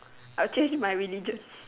I will change my religion